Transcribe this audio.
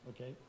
okay